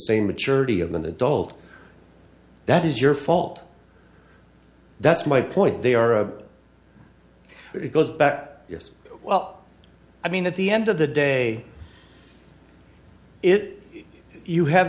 same maturity of an adult that is your fault that's my point they are a it goes back yes well i mean at the end of the day it you have